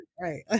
right